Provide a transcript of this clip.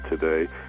today